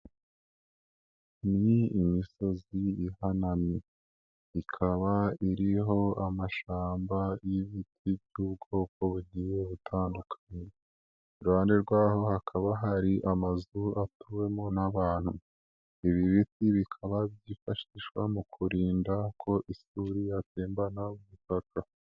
Ni imisozi ihanamye ikaba iriho amashamba y'ibiti by'ubwoko bugiye butandukanye, iruhande rwaho hakaba hari amazu atuwemo n'abantu. Ibi biti bikaba byifashishwa mu kurinda ko isuri yatembana ubutaka.